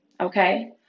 Okay